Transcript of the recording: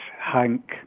Hank